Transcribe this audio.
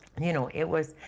you know, it was,